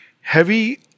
Heavy